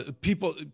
people